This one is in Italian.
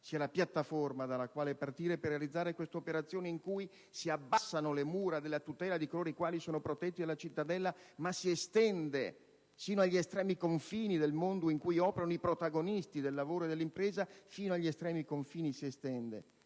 sia la piattaforma dalla quale partire per realizzare quest'operazione, in cui si abbassano le mura della tutela di coloro i quali sono protetti dalla cittadella, ma si estende sino agli estremi confini del mondo in cui operano i protagonisti del lavoro e dell'impresa l'area di intervento,